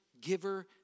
giver